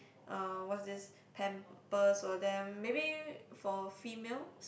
uh what's this pampers for them maybe for females